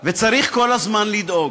וצריך כל הזמן לדאוג,